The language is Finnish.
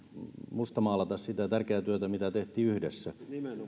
mustamaalata sitä tärkeää työtä mitä tehtiin yhdessä